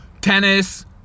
Tennis